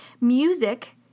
Music